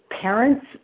parents